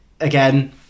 again